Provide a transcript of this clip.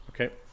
Okay